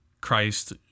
Christ